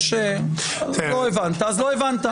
לא הבנת, אז לא הבנת.